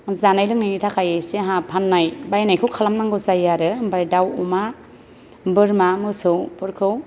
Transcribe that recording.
जानाय लोंनायनि थाखाय एसेहा बायनाय फाननायखौ खालामनांगौ जायो आरो ओमफ्राय दाउ अमा बोरमा मोसौफोरखौ